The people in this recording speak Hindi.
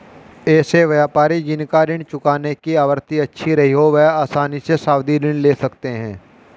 ऐसे व्यापारी जिन का ऋण चुकाने की आवृत्ति अच्छी रही हो वह आसानी से सावधि ऋण ले सकते हैं